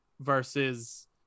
versus